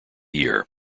year